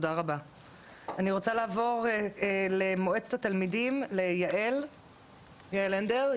אני רוצה לעבור למועצת התלמידים ליעל הנדר.